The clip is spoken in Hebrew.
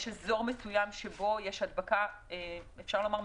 יש אזור מסוים שבו יש הדבקה מטורפת,